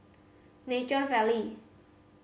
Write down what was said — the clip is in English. Nature Valley